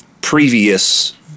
previous